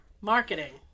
Marketing